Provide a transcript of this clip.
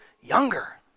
younger